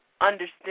understand